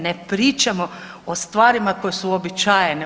Ne pričamo o stvarima koje su uobičajene.